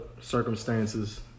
circumstances